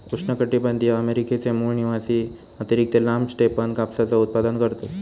उष्णकटीबंधीय अमेरिकेचे मूळ निवासी अतिरिक्त लांब स्टेपन कापसाचा उत्पादन करतत